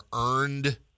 earned